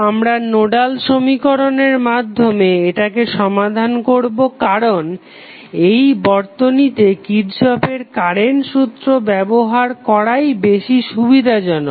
আমরা নোডাল সমীকরণের মাধ্যমে এটাকে সমাধান করবো কারণ এই বর্তনীতে কিরর্শফের কারেন্ট সূত্র ব্যবহার করাই বেশি সুবিধাজনক